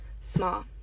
small